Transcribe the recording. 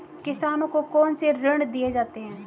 किसानों को कौन से ऋण दिए जाते हैं?